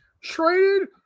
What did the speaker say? traded